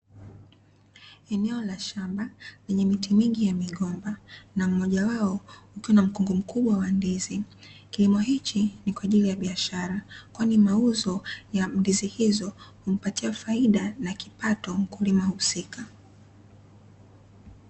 Eneo la shamba lenye miti mingi ya migomba na mmoja wao ukiwa mkungu mkubwa wa ndizi; kilimo hichi ni kwa ajili ya biashara, kwani mauzo ya ndizi hizo humpatia faida na kipato mkulima husika.